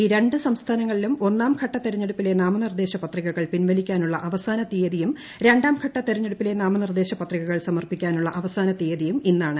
ഈ രണ്ട് സംസ്ഥാനങ്ങളിലും ഒന്നാംഘട്ട തെരഞ്ഞെടുപ്പിലെ നാമനിർദ്ദേശ പത്രികകൾ പിൻവലിക്കാനുള്ള അവസാന തീയതിയും രണ്ടാംഘട്ട തെരഞ്ഞെടുപ്പിലെ നാമനിർദ്ദേശ പത്രികകൾ സമർപ്പിക്കാനുള്ള അവസ്ഥന തീയതിയും ഇന്നാണ്